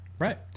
Right